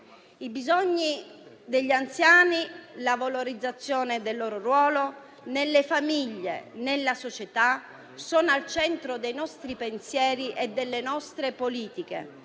I bisogni degli anziani, la valorizzazione del loro ruolo nelle famiglie e nella società sono al centro dei nostri pensieri e delle nostre politiche.